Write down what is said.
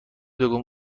بگویم